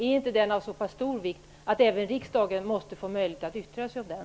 Är inte frågan av så stor vikt att även riksdagen måste få möjlighet att yttra sig om den?